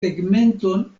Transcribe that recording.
tegmenton